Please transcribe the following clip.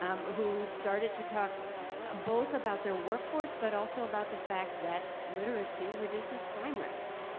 um who started to talk both about their workforce but also about the fact that literacy reduces crime rates.